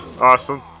Awesome